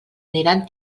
aniran